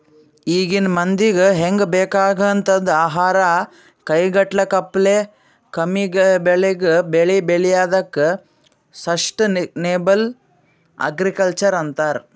ಈಗಿನ್ ಮಂದಿಗ್ ಹೆಂಗ್ ಬೇಕಾಗಂಥದ್ ಆಹಾರ್ ಕೈಗೆಟಕಪ್ಲೆ ಕಮ್ಮಿಬೆಲೆಗ್ ಬೆಳಿ ಬೆಳ್ಯಾದಕ್ಕ ಸಷ್ಟನೇಬಲ್ ಅಗ್ರಿಕಲ್ಚರ್ ಅಂತರ್